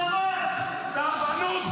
סרבן, הוא סרבן.